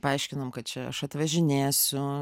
paaiškinom kad čia aš važinėsiu